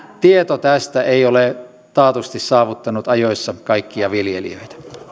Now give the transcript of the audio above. tieto tästä ei ole taatusti saavuttanut ajoissa kaikkia viljelijöitä